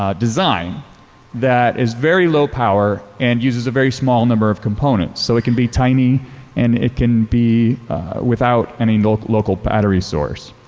um design that is very low power and uses a very small number of components. so it can be tiny and it can be without any and local battery source.